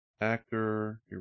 Actor